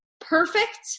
perfect